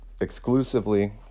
exclusively